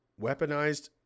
weaponized